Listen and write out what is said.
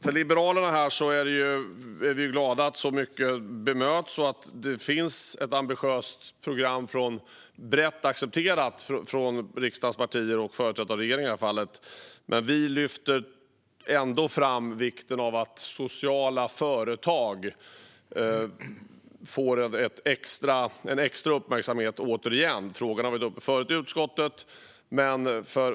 Vi liberaler är glada över att så mycket bemöts och över att det finns ett ambitiöst program som är brett accepterat av riksdagens partier och av regeringen i det här fallet. Vi lyfter ändå återigen fram vikten av att sociala företag får extra uppmärksamhet. Frågan har varit uppe förut i utskottet.